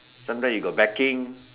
sometime you got backing